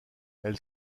elle